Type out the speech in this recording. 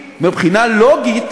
מבחינה לוגית